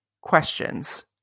questions